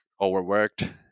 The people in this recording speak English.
overworked